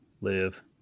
live